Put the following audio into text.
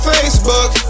Facebook